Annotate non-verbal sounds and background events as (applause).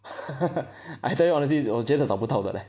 (laughs) I tell you honestly 我觉得找不到的 leh